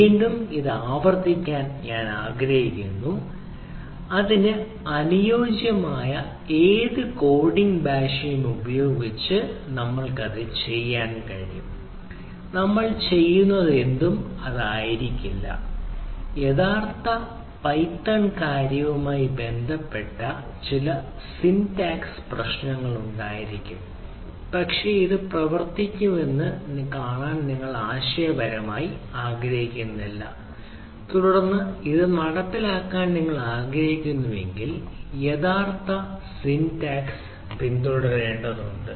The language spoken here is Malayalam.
വീണ്ടും ഇത് ആവർത്തിക്കാൻ ഞാൻ ആഗ്രഹിക്കുന്നു ഇതിന് അനുയോജ്യമായ ഏത് കോഡിംഗ് ഭാഷയും ഉപയോഗിച്ച് നിങ്ങൾക്ക് ചെയ്യാൻ കഴിയും നമ്മൾ ചെയ്യുന്നതെന്തും ആയിരിക്കില്ല യഥാർത്ഥ പൈത്തൺ കാര്യവുമായി ബന്ധപ്പെട്ട് ചില സിൻടാക്സ് പ്രശ്നങ്ങളുണ്ടാകാം പക്ഷേ ഇത് പ്രവർത്തിക്കുന്നുവെന്ന് കാണിക്കാൻ നിങ്ങൾ ആശയപരമായി ആഗ്രഹിക്കുന്നില്ല തുടർന്ന് ഇത് നടപ്പിലാക്കാൻ നിങ്ങൾ ആഗ്രഹിക്കുന്നുവെങ്കിൽ യഥാർത്ഥ സിൻടാക്സ് പിന്തുടരേണ്ടതുണ്ട്